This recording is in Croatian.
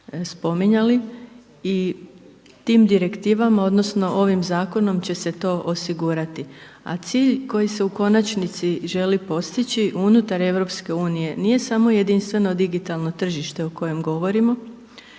spominjali, i tim Direktivama odnosno ovim Zakonom će se to osigurati, a cilj koji se u konačnici želi postići unutar EU nije samo jedinstveno digitalno tržište o kojem govorimo